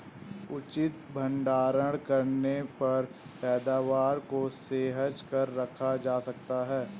उचित भंडारण करने पर पैदावार को सहेज कर रखा जा सकता है